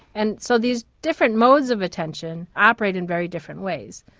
and so these different modes of attention operate in very different ways.